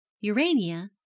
Urania